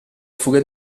fuga